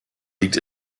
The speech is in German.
liegt